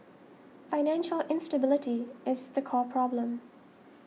financial instability is the core problem